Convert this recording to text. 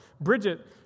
Bridget